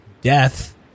death